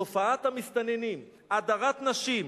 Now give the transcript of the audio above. תופעת המסתננים, הדרת נשים.